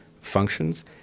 functions